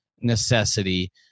necessity